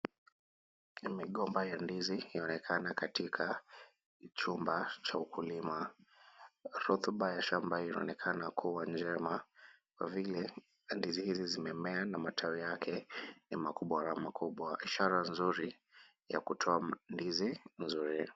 Migomba ya ndizi yaonekana katika chumba cha ukulima. Rotuba ya shamba hii inaonekana kuwa njema kwa vile ndizi hizi zimemea na matawi yake ni makubwa makubwa. Ishara nzuri ya kutoa ndizi mzuri.